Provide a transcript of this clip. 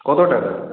কত টাকা